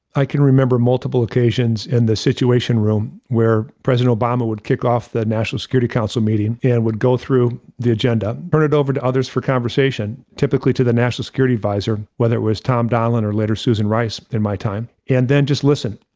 i can remember multiple occasions in the situation room where president obama would kick off the national security council meeting and would go through the agenda printed over to others for conversation, typically to the national security adviser whether it was tom donilon or later susan rice in my time, and then just listen,